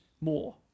more